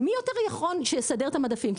מי יותר נכון שיסדר את המדפים,